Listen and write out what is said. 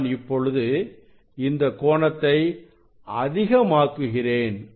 நான் இப்பொழுது இந்த கோணத்தை அதிகமாக்குகிறேன்